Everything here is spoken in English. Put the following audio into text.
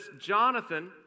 Jonathan